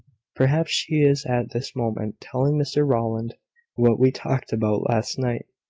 perhaps she is at this moment telling mr rowland what we talked about last night.